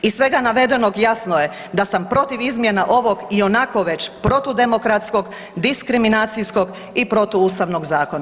Iz svega navedenog jasno je da sam protiv izmjena ovog i onako već protu demokratskog, diskriminacijskog i protuustavnog zakona.